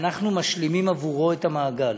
שאנחנו משלימים בעבורו את המעגל.